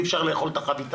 אי אפשר לאכול את החביתה.